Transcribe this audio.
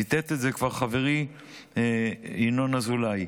ציטט את זה כבר חברי ינון אזולאי.